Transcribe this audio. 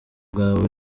bwawe